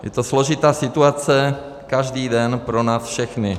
Je to složitá situace každý den pro nás všechny.